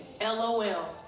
LOL